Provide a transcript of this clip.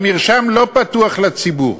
המרשם לא פתוח לציבור.